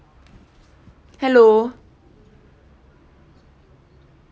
hello